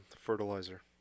fertilizer